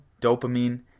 dopamine